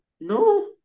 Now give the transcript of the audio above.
no